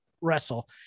wrestle